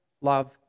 love